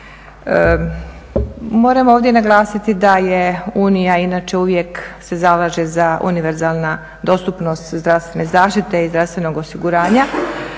Moram ovdje naglasiti da je Unija inače uvijek se zalaže za univerzalna dostupnost zdravstvene zaštite i zdravstvenog osiguranja